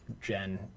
Jen